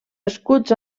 escuts